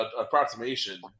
approximation